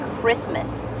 Christmas